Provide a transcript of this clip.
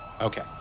okay